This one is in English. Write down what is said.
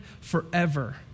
forever